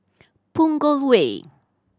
Punggol Way